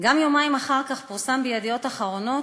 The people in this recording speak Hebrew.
יומיים אחר כך פורסם ב"ידיעות אחרונות"